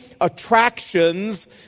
attractions